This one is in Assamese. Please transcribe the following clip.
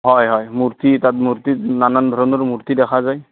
হয় হয় মূৰ্তি তাত মূৰ্তি নানান ধৰণৰ মূৰ্তি দেখা যায়